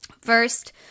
First